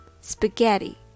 spaghetti